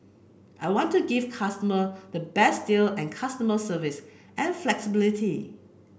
I want to give consumers the best deal and customer service and flexibility